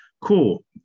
cool